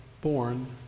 born